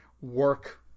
work